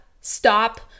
Stop